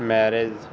marriage